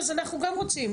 אז אנחנו גם רוצים,